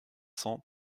cents